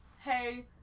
hey